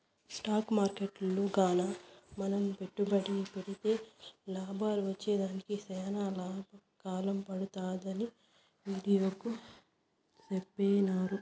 stock మార్కెట్టులో గాన మనం పెట్టుబడి పెడితే లాభాలు వచ్చేదానికి సేనా కాలం పడతాదని వీడియోలో సెప్పినారు